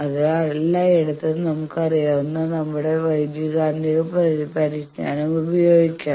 അതിനാൽ എല്ലായിടത്തും നമുക്ക് അറിയാവുന്ന നമ്മുടെ വൈദ്യുതകാന്തിക പരിജ്ഞാനം ഉപയോഗിക്കാം